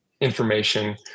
information